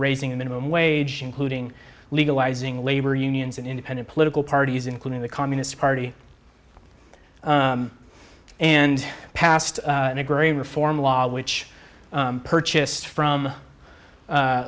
raising the minimum wage including legalizing labor unions and independent political parties including the communist party and passed an agrarian reform law which purchased from